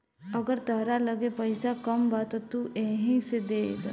अगर तहरा लगे पईसा कम बा त तू एही से देद